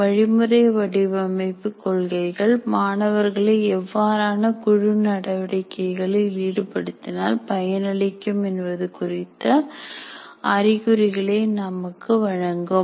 வழிமுறை வடிவமைப்பு கொள்கைகள் மாணவர்களை எவ்வாறான குழு நடவடிக்கைகளில ஈடுபடுத்தினால் பயனளிக்கும் என்பது குறித்த அறிகுறிகளை நமக்கு வழங்கும்